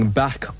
back